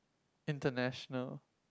international